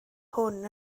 hwn